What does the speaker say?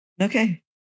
Okay